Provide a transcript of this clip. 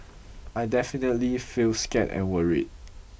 I definitely feel scared and worried